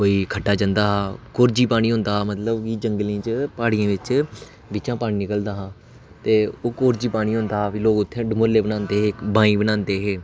कोई खड्डा जंदा हा कोर्जी पानी होंदा हा मतलब जंगलैं च प्हाडियैं बिचां दा पानी निकलदा हा ते ओह् कोर्जी पानी होंदा हा ते लोक उत्थै डमोले बनांदे हे बाईं बना दे हे